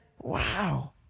wow